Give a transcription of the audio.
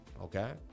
okay